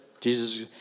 Jesus